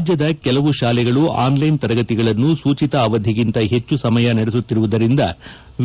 ರಾಜ್ಗದ ಕೆಲವು ಶಾಲೆಗಳು ಆನ್ಲ್ಲೆನ್ ತರಗತಿಗಳನ್ನು ಸೂಚಿತ ಅವಧಿಗಿಂತ ಹೆಚ್ಚು ಸಮಯ ನಡೆಸುತ್ತಿರುವುದರಿಂದ